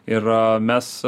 ir mes